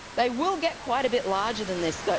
they will get quite a bit larger than this, though.